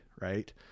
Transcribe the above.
right